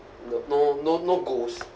no no no no goals